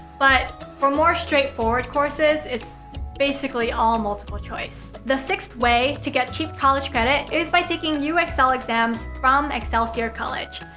but, for more straightforward courses, it's basically all multiple choice. xxx the sixth way to get cheap college credit is by taking you excel exams from excelsior college.